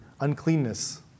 uncleanness